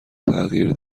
تغییر